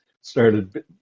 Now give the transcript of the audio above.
started